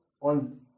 on